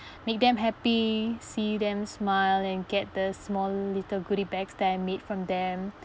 make them happy see them smile and get the small little goodie bags that I made from them